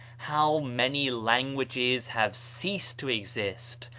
how many languages have ceased to exist,